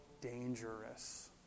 dangerous